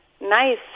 nice